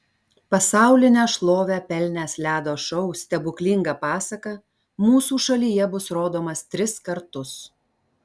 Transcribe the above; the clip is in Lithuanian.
pasaulinę šlovę pelnęs ledo šou stebuklinga pasaka mūsų šalyje bus rodomas tris kartus